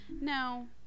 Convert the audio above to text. No